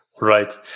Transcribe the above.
Right